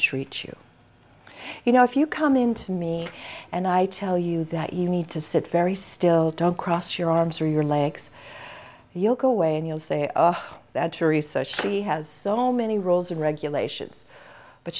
treat you you know if you come into me and i tell you that you need to sit very still don't cross your arms or your legs yoke away and you'll say aha that's your research she has so many rules and regulations but